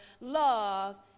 love